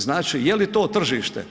Znači je li to tržište?